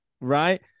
Right